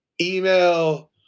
email